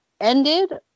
ended